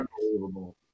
Unbelievable